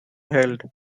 held